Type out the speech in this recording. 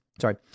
sorry